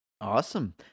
Awesome